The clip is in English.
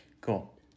Cool